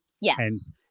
Yes